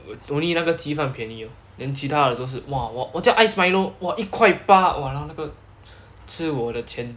Tony 那个鸡饭便宜 lor then 其他的都是 !wah! !wah! 我叫 iced milo !wah! 一块八 !walao! 那个吃我的钱